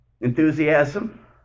Enthusiasm